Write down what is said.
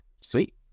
sweet